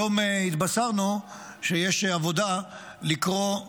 היום התבשרנו שיש עבודה, לקרוא,